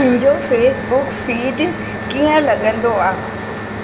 मुंहिंजो Facebook feed कीअं लॻंदो आहे